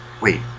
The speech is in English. wait